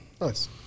Nice